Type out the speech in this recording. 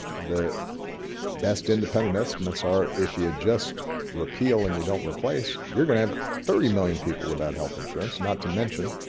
the best independent estimates are if you just repeal and you don't replace you're going to have thirty million people without health insurance, not to mention